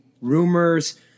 rumors